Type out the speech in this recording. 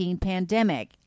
pandemic